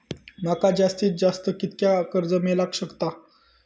माका जास्तीत जास्त कितक्या कर्ज मेलाक शकता?